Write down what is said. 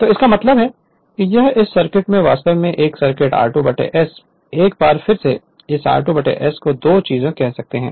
तो इसका मतलब है कि यह इस सर्किट है वास्तव में यह सर्किट r2 ' s है एक बार फिर से इस r2 ' s को दो चीजें हो सकती हैं